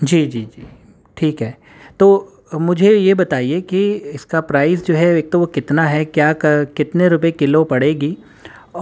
جی جی جی ٹھیک ہے تو مجھے یہ بتائیے کہ اس کا پرائز جو ہے ایک تو وہ کتنا ہے کیا کر کتنے روپیے کلو پڑے گی